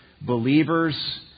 believers